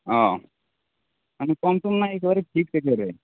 অঁ কম চম নাই একেবাৰে ফিক্স একেবাৰে